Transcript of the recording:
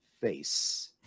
face